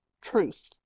truth